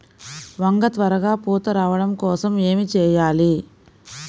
వంగ త్వరగా పూత రావడం కోసం ఏమి చెయ్యాలి?